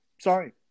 sorry